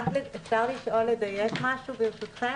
ברשותכם, אפשר לשאול כדי לדייק משהו?